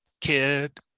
kid